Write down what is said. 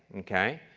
okay?